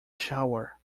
shower